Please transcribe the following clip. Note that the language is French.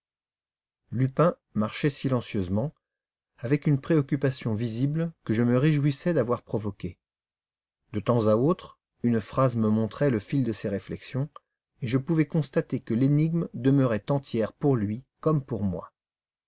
lupin marchait silencieusement avec une préoccupation visible que je me réjouissais d'avoir provoquée de temps à autre une phrase me montrait le fil de ses réflexions et je pouvais constater que l'énigme demeurait entière pour lui comme pour moi